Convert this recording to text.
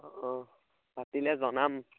অঁ অঁ পাতিলে জনাম